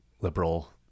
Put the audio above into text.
liberal